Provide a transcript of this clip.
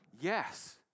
yes